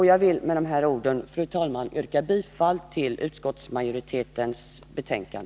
Jag vill med dessa ord, fru talman, yrka bifall till utskottets hemställan.